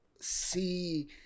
see